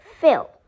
fill